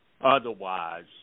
Otherwise